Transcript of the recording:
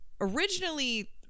originally